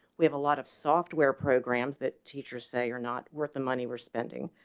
we have a lot of software programs that teachers say are not worth the money we're spending.